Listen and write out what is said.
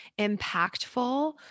impactful